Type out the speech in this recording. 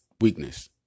weakness